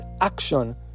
action